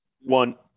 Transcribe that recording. One